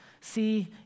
See